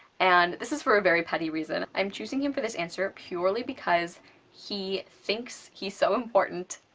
and this is for a very petty reason. i am choosing him for this answer purely because he thinks he's so important,